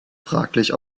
fraglich